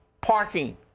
parking